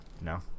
no